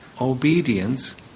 obedience